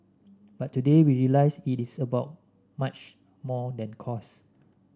but today we realise it is about much more than cost